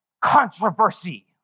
controversy